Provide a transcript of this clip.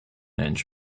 inch